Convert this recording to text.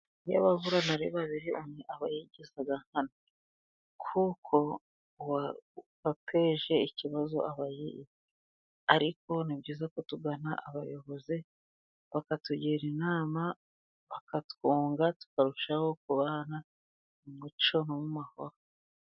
Iyo ababurana ari babiri umwe aba yigizage nkana, kuko uwateje ikibazo aba yiyizi, ariko ni byiza ko tugana abayobozi bakatugira inama, bakatwunga tukarushaho kubahana mu muco no mu mahoro.